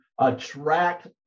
attract